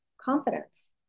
confidence